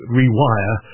rewire